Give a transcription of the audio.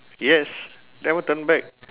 yes never turn back